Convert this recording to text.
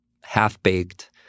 half-baked